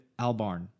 Albarn